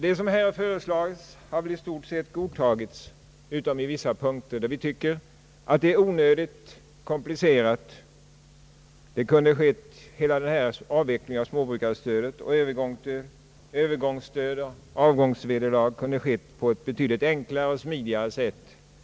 Det som här har föreslagits har väl i stort sett godtagits utom i vissa punkter, där förslagen får anses vara onödigt tillkrånglade. Avvecklingen av småbrukarstödet och inrättandet av Öövergångsstöd och avgångsvederlag kunde ha skett på ett betydligt enklare och smidigare sätt.